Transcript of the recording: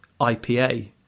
IPA